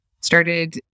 started